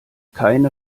keine